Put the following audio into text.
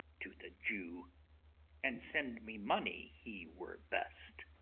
to the jew and send me money he were best.